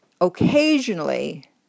occasionally